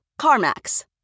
CarMax